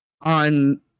on